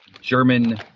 German